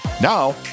Now